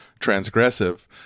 transgressive